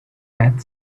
add